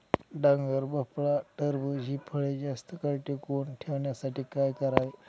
डांगर, भोपळा, टरबूज हि फळे जास्त काळ टिकवून ठेवण्यासाठी काय करावे?